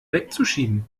wegzuschieben